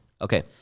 Okay